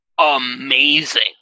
amazing